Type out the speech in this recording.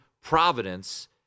Providence